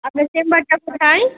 আপনার চেম্বারটা কোথাই